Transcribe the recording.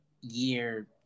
year